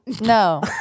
No